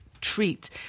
treat